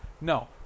No